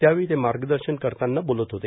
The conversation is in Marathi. यावेळी ते मार्गदर्शन करताना ते बोलत होते